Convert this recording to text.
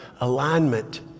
Alignment